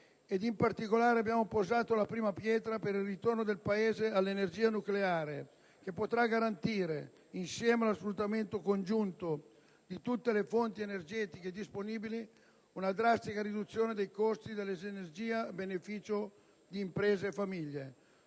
in particolare abbiamo posato la prima pietra per il ritorno del Paese all'energia nucleare che potrà garantire, insieme allo sfruttamento congiunto di tutte le fonti energetiche disponibili, una drastica riduzione dei costi dell'energia a beneficio di imprese e famiglie.